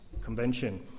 Convention